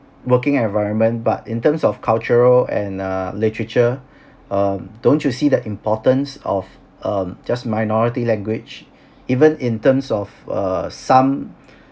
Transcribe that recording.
working environment but in terms of cultural and uh literature um don't you see the importance of um just minority language even in terms of uh some